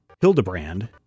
Hildebrand